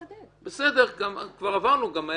בסדר, כבר עברנו, זה היה